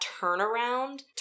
turnaround